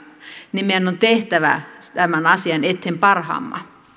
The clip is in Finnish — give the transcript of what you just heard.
tehtävä meidän on tehtävä tämän asian eteen parhaamme